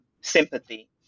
sympathy